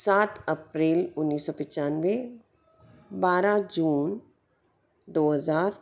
सात अप्रैल उन्नीस सौ पिचानवे बारह जून दो हजार